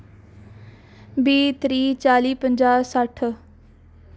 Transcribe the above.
बीह् त्रीह् चाली पंजाह् सट्ठ